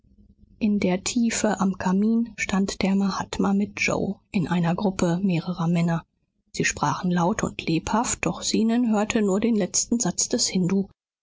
in der tiefe am kamin stand der mahatma mit yoe in einer gruppe mehrerer männer sie sprachen laut und lebhaft doch zenon hörte nur den letzten satz des hindu